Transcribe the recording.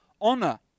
honor